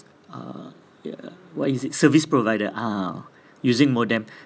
uh ya what is it service provider ah using modem